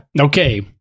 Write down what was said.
Okay